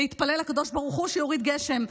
להתפלל לקדוש ברוך הוא שיוריד גשם.